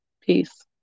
peace